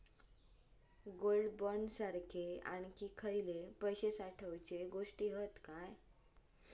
Gold bond सारखे आणखी खयले पैशे साठवूचे गोष्टी हत काय?